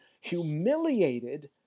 humiliated